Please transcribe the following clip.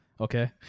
Okay